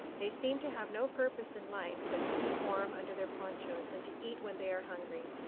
they seem to have no purpose in life but to keep warm under their ponchos and to eat when they are hungry.